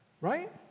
right